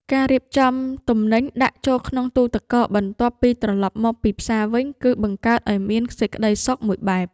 ការរៀបចំទំនិញដាក់ចូលក្នុងទូទឹកកកបន្ទាប់ពីត្រឡប់មកពីផ្សារវិញ គឺបង្កើតឲ្យមាន សេចក្ដីសុខមួយបែប។